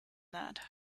that